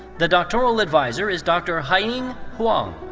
the doctoral adviser is dr. haiying huang.